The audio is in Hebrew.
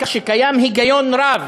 כך שקיים היגיון רב